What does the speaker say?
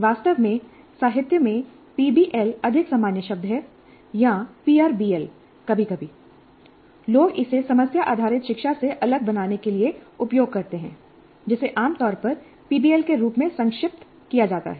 वास्तव में साहित्य में पीबीएल अधिक सामान्य शब्द है या पीआरबीएल कभी कभी लोग इसे समस्या आधारित शिक्षा से अलग बनाने के लिए उपयोग करते हैं जिसे आम तौर पर पीबीएल के रूप में संक्षिप्त किया जाता है